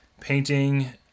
painting